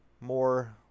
more